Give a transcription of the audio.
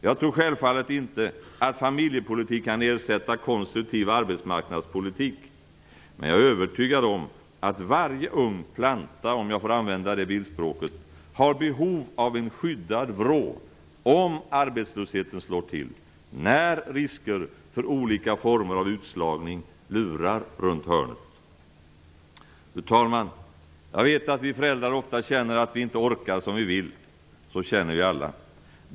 Jag tror självfallet inte att familjepolitik kan ersätta konstruktiv arbetsmarknadspolitik, men jag är övertygad om att varje ung planta, om jag får använda det bildspråket, har behov av en skyddad vrå om arbetslösheten slår till, när risker för olika former av utslagning lurar runt hörnet. Fru talman! Jag vet att vi föräldrar ofta känner att vi inte orkar som vi vill, så känner vi alla.